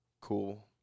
cool